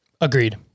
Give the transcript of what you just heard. Agreed